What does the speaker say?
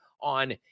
on